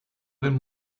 then